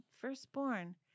firstborn